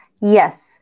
Yes